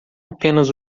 apenas